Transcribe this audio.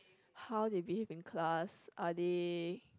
how they behave in class are they